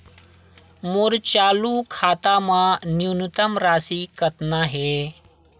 मोर चालू खाता मा न्यूनतम राशि कतना हे?